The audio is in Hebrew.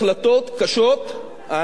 אנחנו בימים אלה מגבשים,